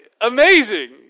amazing